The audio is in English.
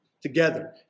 together